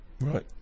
Right